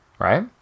right